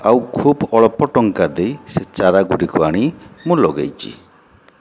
ଆଉ ଖୁବ୍ ଅଳ୍ପ ଟଙ୍କା ଦେଇ ସେ ଚାରାଗୁଡ଼ିକ ଆଣି ମୁଁ ଲଗାଇଛି